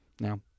Now